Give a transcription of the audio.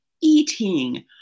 eating